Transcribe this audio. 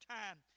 time